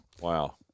Wow